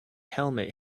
helmet